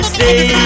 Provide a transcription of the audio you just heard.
Stay